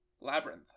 Labyrinth